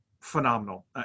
phenomenal